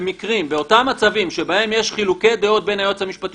באותם מצבים שבהם יש חילוקי דעות בין היועץ המשפטי